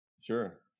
sure